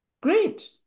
Great